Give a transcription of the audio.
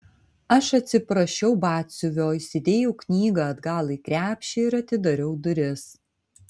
aš atsiprašiau batsiuvio įsidėjau knygą atgal į krepšį ir atidariau duris